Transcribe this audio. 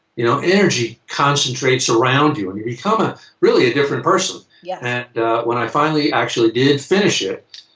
you know, energy concentrates around you and you become ah really a different person. yeah. and when i finally actually did finish it.